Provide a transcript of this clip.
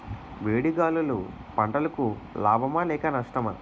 వేడి గాలులు పంటలకు లాభమా లేక నష్టమా?